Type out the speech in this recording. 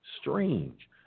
strange